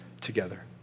together